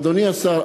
אדוני השר,